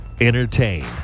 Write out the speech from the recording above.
Entertain